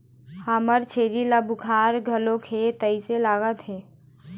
हमर छेरी ल बुखार घलोक हे तइसे लागत हे